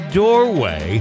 doorway